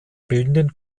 bildenden